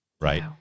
Right